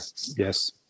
Yes